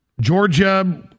Georgia